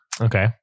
Okay